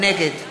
נגד